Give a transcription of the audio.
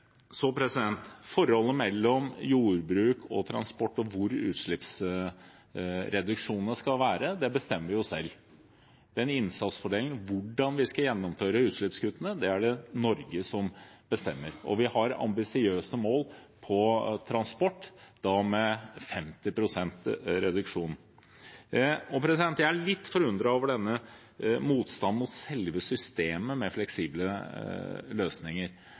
forholdet mellom jordbruk og transport og hvor utslippsreduksjonene skal være, bestemmer vi det selv. Innsatsfordelingen – hvordan vi skal gjennomføre utslippskuttene – er det Norge som bestemmer. Vi har ambisiøse mål på transport med 50 pst. reduksjon. Jeg er litt forundret over motstanden mot selve systemet med fleksible løsninger,